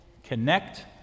Connect